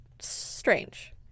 strange